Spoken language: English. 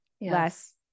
less